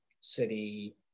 City